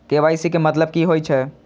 KYC के मतलब कि होई छै?